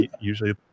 usually